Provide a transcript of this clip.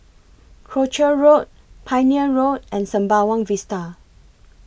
Croucher Road Pioneer Road and Sembawang Vista